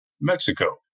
Mexico